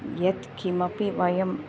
यत्किमपि वयं